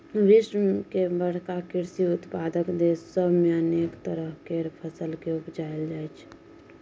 विश्व के बड़का कृषि उत्पादक देस सब मे अनेक तरह केर फसल केँ उपजाएल जाइ छै